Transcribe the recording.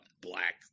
Black